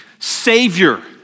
Savior